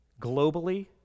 globally